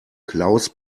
klaus